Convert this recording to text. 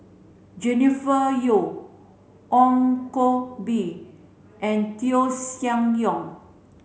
Jennifer Yeo Ong Koh Bee and Koeh Sia Yong